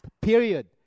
period